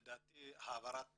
לדעתי העברת